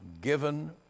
given